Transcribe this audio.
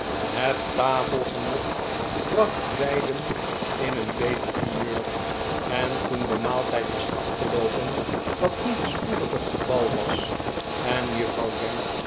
het tafelgenot bracht beiden in een beter humeur en toen de maaltijd was afgeloopen wat niet spoedig het geval was en juffrouw